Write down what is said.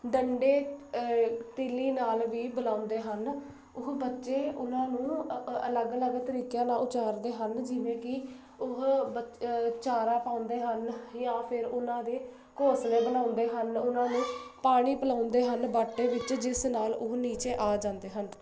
ਡੰਡੇ ਤੀਲੀ ਨਾਲ ਵੀ ਬੁਲਾਉਂਦੇ ਹਨ ਉਹ ਬੱਚੇ ਉਹਨਾਂ ਨੂੰ ਅਲੱਗ ਅਲੱਗ ਤਰੀਕਿਆਂ ਨਾਲ ਉਚਾਰਦੇ ਹਨ ਜਿਵੇਂ ਕਿ ਉਹ ਬ ਚਾਰਾ ਪਾਉਂਦੇ ਹਨ ਜਾਂ ਫਿਰ ਉਹਨਾਂ ਦੇ ਘੋਸਲੇ ਬਣਾਉਂਦੇ ਹਨ ਉਹਨਾਂ ਨੂੰ ਪਾਣੀ ਪਿਲਾਉਂਦੇ ਹਨ ਬਾਟੇ ਵਿੱਚ ਜਿਸ ਨਾਲ ਉਹ ਨੀਚੇ ਆ ਜਾਂਦੇ ਹਨ